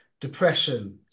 depression